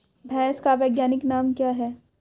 भैंस का वैज्ञानिक नाम क्या है?